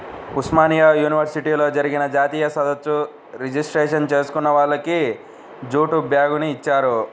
ఉస్మానియా యూనివర్సిటీలో జరిగిన జాతీయ సదస్సు రిజిస్ట్రేషన్ చేసుకున్న వాళ్లకి జూటు బ్యాగుని ఇచ్చారు